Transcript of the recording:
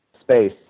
space